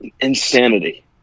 Insanity